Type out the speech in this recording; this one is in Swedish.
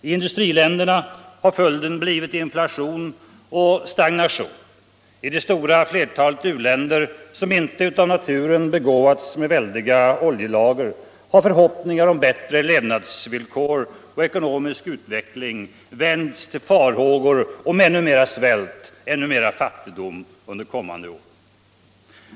I industriländerna har följden blivit inflation och stagnation. I debatt det stora flertalet u-länder, som inte av naturen begåvats med väldiga oljelager, har förhoppningar om bättre levnadsvillkor och ekonomisk utveckling vänts till farhågor om ännu mer svält och ännu större fattigdom under kommande år.